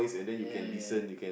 ya ya ya ya